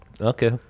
Okay